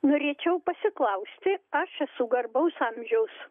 norėčiau pasiklausti aš esu garbaus amžiaus